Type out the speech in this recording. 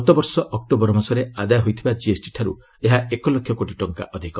ଗତବର୍ଷ ଅକ୍ନୋବର ମାସରେ ଆଦାୟ ହୋଇଥିବା ଜିଏସ୍ଟି ଠାର୍ଚ ଏହା ଏକ ଲକ୍ଷ କୋଟି ଟଙ୍କା ଅଧିକ